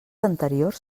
anteriors